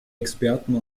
experten